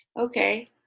Okay